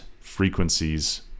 Frequencies